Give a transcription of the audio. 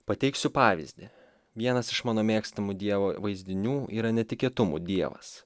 pateiksiu pavyzdį vienas iš mano mėgstamų dievo vaizdinių yra netikėtumų dievas